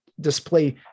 display